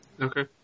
Okay